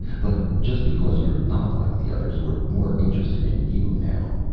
but, just because you're not like the others, we're more interested in you now.